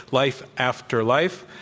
life after life,